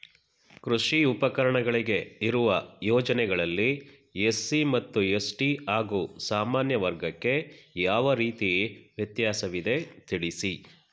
ಕೃಷಿ ಉಪಕರಣಗಳಿಗೆ ಇರುವ ಯೋಜನೆಗಳಲ್ಲಿ ಎಸ್.ಸಿ ಮತ್ತು ಎಸ್.ಟಿ ಹಾಗೂ ಸಾಮಾನ್ಯ ವರ್ಗಕ್ಕೆ ಯಾವ ರೀತಿ ವ್ಯತ್ಯಾಸವಿದೆ ತಿಳಿಸಿ?